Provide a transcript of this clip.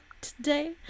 today